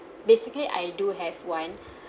basically I do have one